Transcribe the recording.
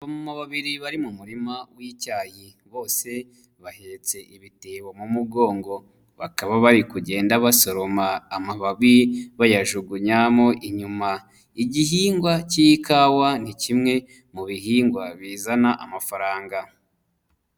Abamama babiri bari mu murima w'icyayi, bose bahetse ibitebo mu mugongo, bakaba bari kugenda basoroma amababi, bayajugunyamo inyuma. Igihingwa cy'ikawa, ni kimwe mu bihingwa bizana amafaranga.